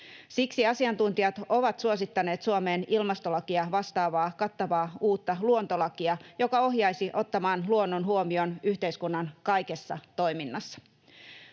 Siksi asiantuntijat ovat suosittaneet Suomeen ilmastolakia vastaavaa uutta, kattavaa luontolakia, joka ohjaisi ottamaan luonnon huomioon yhteiskunnan kaikessa toiminnassa.